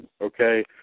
okay